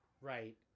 Right